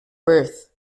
birth